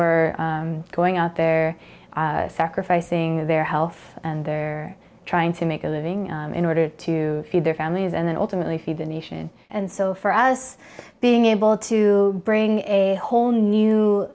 are going out there sacrificing their health and they're trying to make a living in order to feed their families and then ultimately feed the nation and so for us being able to bring a whole new